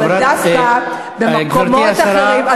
אבל דווקא במקומות אחרים,